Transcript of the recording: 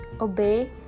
obey